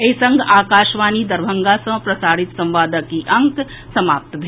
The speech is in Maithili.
एहि संग आकाशवाणी दरभंगा सँ प्रसारित संवादक ई अंक समाप्त भेल